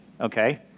okay